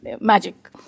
Magic